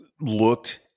looked